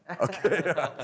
Okay